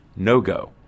no-go